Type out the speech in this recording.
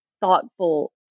thoughtful